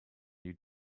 you